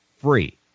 free